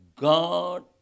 God